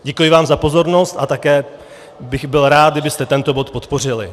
Děkuji vám za pozornost a také bych byl rád, kdybyste tento bod podpořili.